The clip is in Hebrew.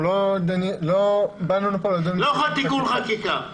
לא תיקון חקיקה.